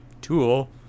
tool